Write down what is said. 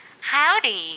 howdy